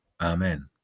Amen